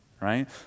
right